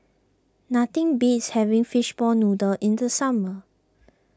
nothing beats having Fishball Noodle in the summer